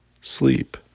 sleep